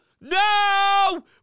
No